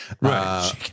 right